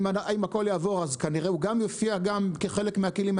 אם הכול יעבור אז כנראה הוא גם יופיע גם כחלק מהכלים,